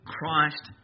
Christ